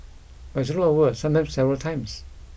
but it's rolled over sometimes several times